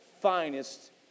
finest